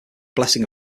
blessing